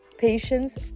patience